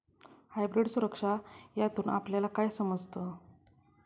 Hybrid सुरक्षा यातून आपल्याला काय समजतं?